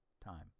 time